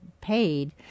Paid